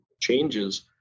changes